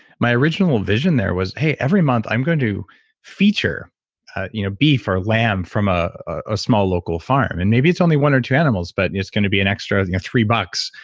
my original vision there was, hey, every month i'm going to feature you know beef or lamb from a ah small local farm, and maybe it's only one or two animals, but it's going to be an extra three bucks,